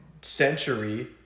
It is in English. century